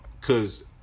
cause